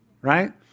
right